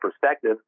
perspective